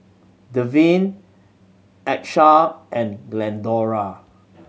Devyn Achsah and Glendora